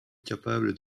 capable